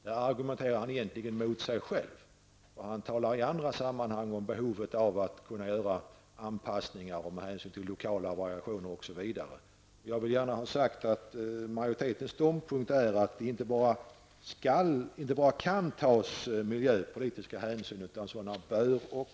Här argumentar han egentligen emot sig själv, eftersom han i andra sammanhang talar om behovet av att kunna göra anpassningar med hänsyn till lokala variationer osv. Majoritetens ståndpunkt är att det inte bara kan tas miljöpolitiska hänsyn utan att sådana också bör tas.